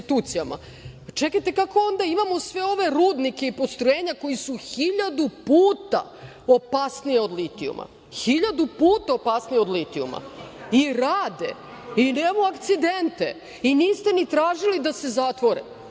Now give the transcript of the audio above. kako onda imamo sve ove rudnike i postrojenja koja su hiljadu puta opasnija od litijuma? Hiljadu puta opasnija od litijuma. I rade i nemamo akcidente i niste ni tražili da se zatvore. Na